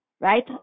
right